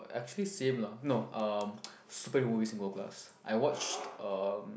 actually same lah no um superhero movies in gold class I watched um